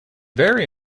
very